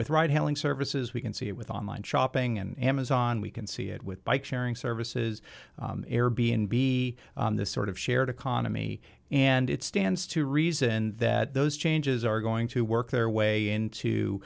with right helling services we can see it with online shopping and amazon we can see it with bike sharing services air b n b this sort of shared economy and it stands to reason that those changes are going to work their way into